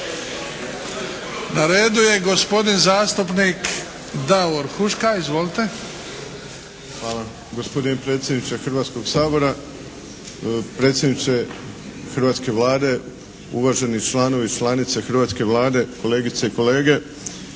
Na redu je gospodin zastupnik Davor Huška. Izvolite. **Huška, Davor (HDZ)** Hvala. Gospodine predsjedniče Hrvatskoga sabora, predsjedniče hrvatske Vlade, uvaženi članovi i članice hrvatske Vlade, kolegice i kolege.